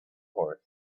horse